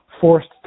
forced